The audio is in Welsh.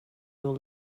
nhw